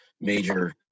major